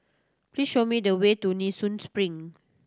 please show me the way to Nee Soon Spring